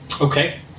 Okay